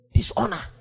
Dishonor